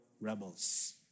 rebels